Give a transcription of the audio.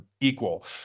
equal